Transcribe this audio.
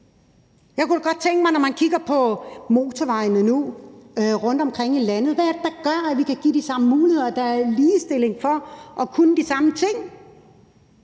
Jeg kunne da godt tænke mig, at man, når man nu kigger på motorvejene rundtomkring i landet, spørger: Hvad er det, der gør, at vi kan give de samme muligheder, og at der er ligestilling i forhold til at kunne de samme ting?